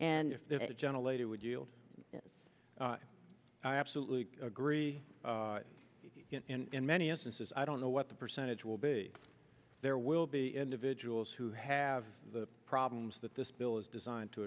the gentle lady would yield i absolutely agree in many instances i don't know what the percentage will be there will be individuals who have the problems that this bill is designed to